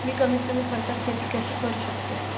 मी कमीत कमी खर्चात शेती कशी करू शकतो?